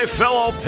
fellow